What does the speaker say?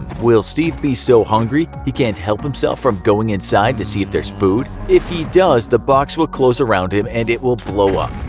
will steve be so hungry he can't help himself from going inside to see if there is food. if he does the box will close around him and it will blow up.